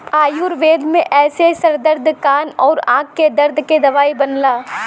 आयुर्वेद में एसे सर दर्द कान आउर आंख के दर्द के दवाई बनला